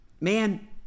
man